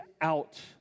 out